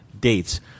dates